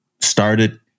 started